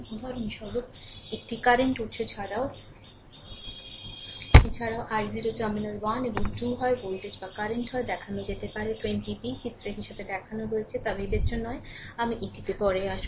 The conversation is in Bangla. উদাহরণস্বরূপ একটি কারেন্ট উত্স এছাড়াও i0 টার্মিনাল 1 এবং 2 হয় ভোল্টেজ বা কারেন্ট হয় দেখানো যেতে পারে 20 b চিত্রে হিসাবে দেখানো হয়েছে তা বিবেচ্য নয় আমি এটিতে আসব